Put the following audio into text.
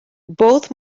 both